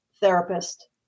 therapist